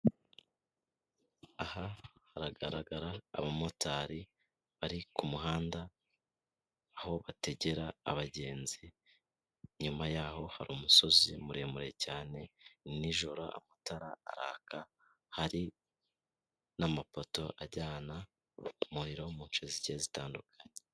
Aha haragaragara aba motari bari ku muhanda aho bategera abagenzi, inyuma yaho hari umusozi muremure cyane n'ijoro amatara araka hari n'amapoto ajyana umuriro mu nce zigiye zitandukanye.